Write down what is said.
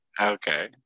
Okay